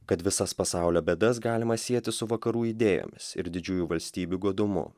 kad visas pasaulio bėdas galima sieti su vakarų idėjomis ir didžiųjų valstybių godumu